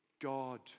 God